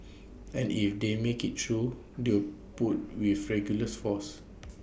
and if they make IT through they'll put with regulars forces